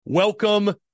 Welcome